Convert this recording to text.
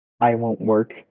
I-won't-work